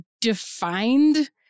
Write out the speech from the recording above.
defined